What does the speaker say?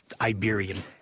Iberian